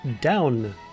Down